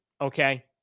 Okay